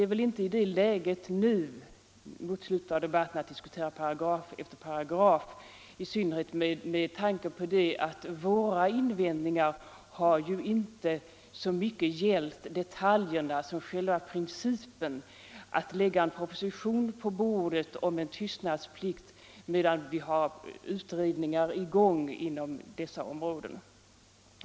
Så här i slutet av debatten är vi väl inte i det läget att vi kan diskutera paragraf efter paragraf, i synnerhet med tanke på att våra invändningar inte så mycket har gällt detaljerna som själva principen att lägga fram en proposition om tystnadsplikt medan vi har utredningar som arbetar inom detta område.